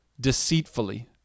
deceitfully